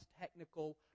technical